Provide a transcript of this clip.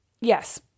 yes